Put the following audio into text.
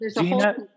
gina